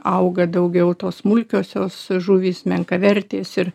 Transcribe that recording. auga daugiau tos smulkiosios žuvys menkavertės ir